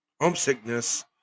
homesickness